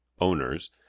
owners